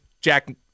Jack